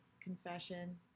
confession